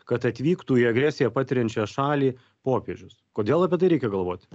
kad atvyktų į agresiją patiriančią šalį popiežius kodėl apie tai reikia galvoti